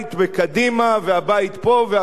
והבית פה והבית שם; באמת,